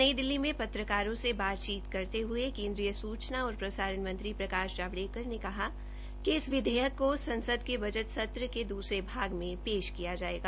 नई दिल्ली में पत्रकारों से बातचीत करते हये सूचना और प्रसारण मंत्री प्रकाश जावड़ेकर ने कहा कि इस विधेयक को संसद के बजट सत्र के दूसरे भाग में पेश किया जायेगा